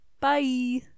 Bye